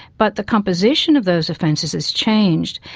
but the composition of those offences has changed,